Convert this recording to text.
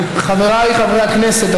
חבריי חברי הכנסת,